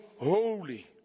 holy